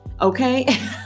okay